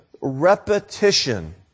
repetition